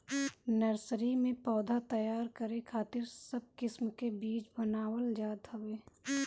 nursery में पौधा तैयार करे खातिर सब किस्म के बीज बनावल जात हवे